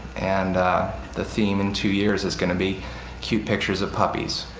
and the theme, in two years, is going to be cute pictures of puppies.